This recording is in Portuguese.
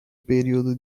período